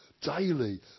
daily